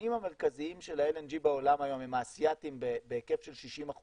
היבואנים המרכזיים של ה-LNG בעולם היום הם האסיאתים בהיקף של 60%,